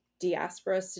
diaspora